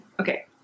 okay